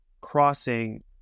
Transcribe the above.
crossing